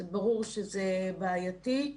זה ברור שזה בעייתי.